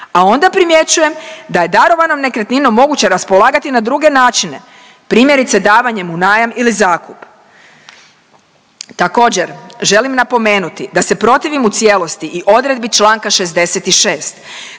a onda primjećujem da je darovanom nekretninom moguće raspolagati na druge načine, primjerice davanjem u najam ili zakup. Također, želim napomenuti da se protivim u cijelosti i odredbi Članka 66.